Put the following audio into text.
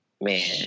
man